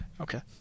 Okay